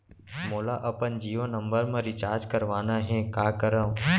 मोला अपन जियो नंबर म रिचार्ज करवाना हे, का करव?